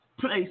place